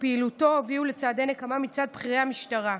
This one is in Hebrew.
ופעילותו הובילה לצעדי נקמה מצד בכירי המשטרה.